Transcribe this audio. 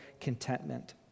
contentment